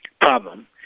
problem